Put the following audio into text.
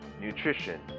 nutrition